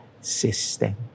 system